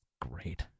great